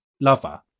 lover